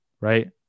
right